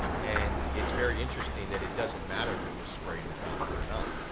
and it's very interesting that it doesn't matter if it was sprayed with roundup or not.